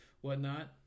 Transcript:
whatnot